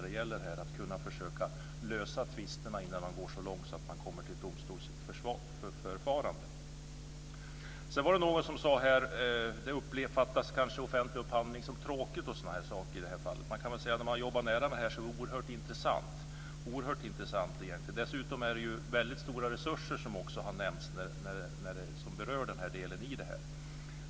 Det gäller att försöka lösa tvisterna innan de går så långt att det blir ett domstolsförfarande. Det var någon här som sade att offentlig upphandling kanske uppfattas som något tråkigt. När man jobbar nära med dessa frågor är det oerhört intressant. Dessutom är det väldigt stora resurser som berörs, som också har nämnts här.